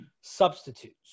substitutes